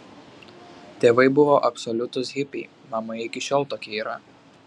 tėvai buvo absoliutūs hipiai mama iki šiol tokia yra